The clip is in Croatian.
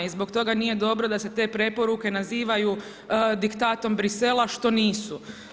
I zbog toga nije dobro da se te preporuke nazivaju diktatom Bruxellesa što nisu.